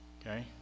Okay